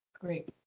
Great